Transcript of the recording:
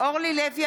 אורלי לוי